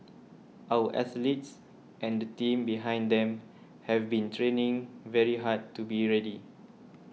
our athletes and the team behind them have been training very hard to be ready